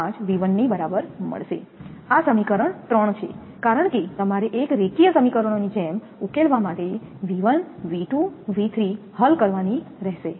0345V1 ની બરાબર મળશે આ સમીકરણ 3 છે કારણ કે તમારે એક રેખીય સમીકરણોની જેમ ઉકેલવા માટે V1 V2 V3 હલ કરવાની રહેશે